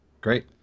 Great